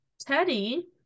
teddy